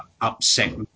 upset